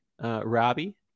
Robbie